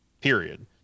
Period